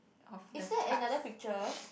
of the cut